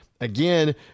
Again